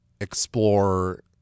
explore